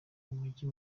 umujyi